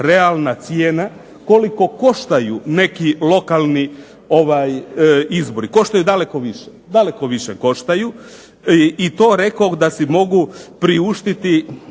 realna cijena koliko koštaju neki lokalni izbori. Koštaju daleko više, daleko više koštaju i to rekoh da si mogu priuštiti